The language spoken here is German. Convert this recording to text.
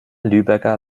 lübecker